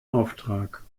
auftrag